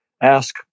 ask